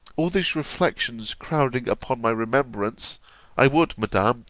all these reflections crowding upon my remembrance i would, madam,